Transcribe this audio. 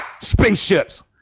spaceships